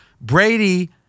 Brady